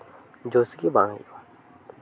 ᱡᱳᱥ ᱜᱮ ᱵᱟᱝ ᱦᱩᱭᱩᱜᱼᱟ